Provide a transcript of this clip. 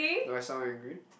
do I sound angry